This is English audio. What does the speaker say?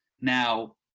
Now